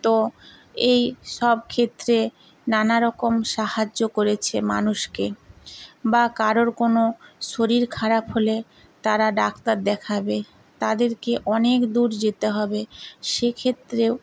তো এই সব ক্ষেত্রে নানা রকম সাহায্য করেছে মানুষকে বা কারোর কোনো শরীর খারাপ হলে তারা ডাক্তার দেখাবে তাদেরকে অনেক দূর যেতে হবে সেক্ষেত্রেও